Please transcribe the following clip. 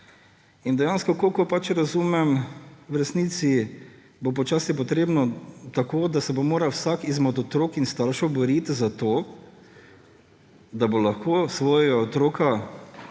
In dejansko kolikor razumem, v resnici bo počasi treba tako, da se bo moral vsak izmed otrok in staršev boriti za to, da bo lahko svojega otroka